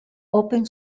open